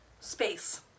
space